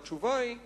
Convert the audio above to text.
התשובה היא,